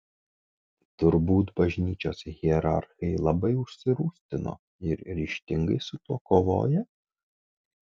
turbūt bažnyčios hierarchai labai užsirūstino ir ryžtingai su tuo kovoja